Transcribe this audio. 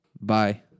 Bye